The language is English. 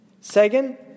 Second